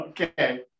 Okay